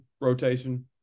rotation